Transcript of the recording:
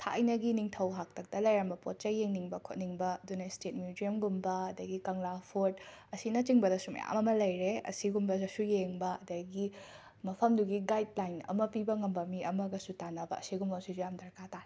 ꯊꯥꯏꯅꯒꯤ ꯅꯤꯡꯊꯧ ꯍꯥꯛꯇꯛꯇ ꯂꯩꯔꯝꯕ ꯄꯣꯠ ꯆꯩ ꯌꯦꯡꯅꯤꯡꯕ ꯈꯣꯠꯅꯤꯡꯕ ꯑꯗꯨꯅ ꯁ꯭ꯇꯦꯠ ꯃ꯭ꯌꯨꯖꯝꯒꯨꯝꯕ ꯑꯗꯒꯤ ꯀꯪꯂꯥ ꯐꯣꯔꯠ ꯑꯁꯤꯅꯆꯤꯡꯕꯗꯁꯨ ꯃꯌꯥꯝ ꯑꯃ ꯂꯩꯔꯦ ꯑꯁꯤꯒꯨꯝꯕꯗꯁꯨ ꯌꯦꯡꯕ ꯑꯗꯒꯤ ꯃꯐꯝꯗꯨꯒꯤ ꯒꯥꯏꯗꯂꯥꯏꯟ ꯑꯃ ꯄꯤꯕ ꯉꯝꯕ ꯑꯃꯒꯁꯨ ꯇꯥꯟꯅꯕ ꯑꯁꯤꯒꯨꯝꯁꯤꯁꯨ ꯌꯥꯝ ꯗꯔꯀꯥꯔ ꯇꯥꯏ